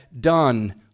done